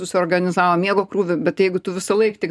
susiorganizavo miego krūvį bet jeigu tu visąlaik tik